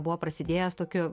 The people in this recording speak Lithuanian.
buvo prasidėjęs tokiu